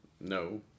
No